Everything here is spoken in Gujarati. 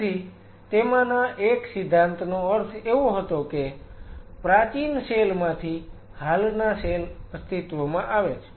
તેથી તેમાના એક સિદ્ધાંતનો અર્થ એવો હતો કે પ્રાચીન સેલ માંથી હાલના સેલ અસ્તિત્વમાં આવે છે